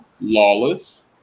lawless